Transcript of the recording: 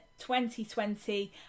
2020